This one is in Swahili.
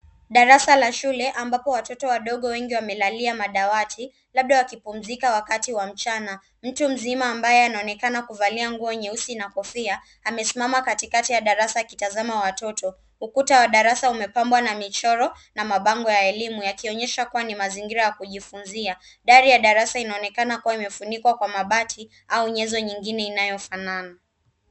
Darasa la shuke ambapo watoto wengi wamelalia madawati labda wakipumzika wakati wa mchana. Mtu mzima ambaye anaonekana kuvalia nguo nyeusi na kofia, amesimama katikati ya darasa akitazama watoto. Ukuta wa darasa umepambwa na michoro na mabango ya elimu yakionyesha kuwa ni mazingira ya kujifunzia . Dari ya darasa inaonyesha kuwa imefunikwa kwa mabati au nyenzo nyingine inayofanana.